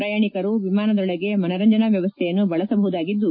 ಪ್ರಯಾಣಿಕರು ವಿಮಾನದೊಳಗೆ ಮನರಂಜನಾ ವ್ಯವಸ್ವೆಯನ್ನು ಬಳಸಬಹುದಾಗಿದ್ದು